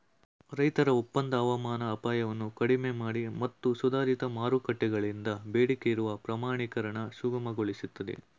ರೈತರ ಒಪ್ಪಂದ ಹವಾಮಾನ ಅಪಾಯವನ್ನು ಕಡಿಮೆಮಾಡಿ ಮತ್ತು ಸುಧಾರಿತ ಮಾರುಕಟ್ಟೆಗಳಿಂದ ಬೇಡಿಕೆಯಿರುವ ಪ್ರಮಾಣೀಕರಣ ಸುಗಮಗೊಳಿಸ್ತದೆ